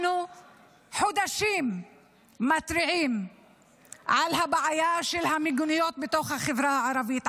אנחנו מתריעים חודשים על הבעיה של המיגוניות בתוך החברה הערבית,